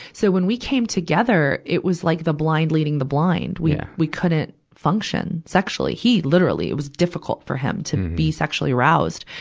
so when we came together, it was like the blind leading the blind. we, yeah we couldn't function sexually. he, literally, it was difficult for him to be sexually aroused.